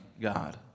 God